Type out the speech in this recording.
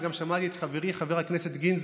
וגם שמעתי את חברי חבר הכנסת גינזבורג,